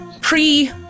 pre